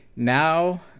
Now